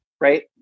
right